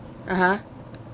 (uh huh)